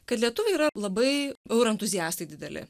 kad lietuviai yra labai euro entuzijastai dideli